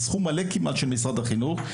בסכום מלא כמעט של משרד החינוך,